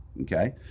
Okay